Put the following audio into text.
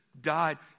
died